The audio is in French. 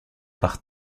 par